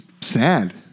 sad